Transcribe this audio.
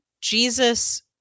Jesus